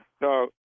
No